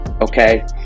okay